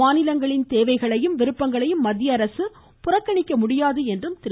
மாநிலங்களின் தேவைகளையும் விருப்பங்களையும் மத்திய அரசு புறக்கணிக்க முடியாது என்றும் திரு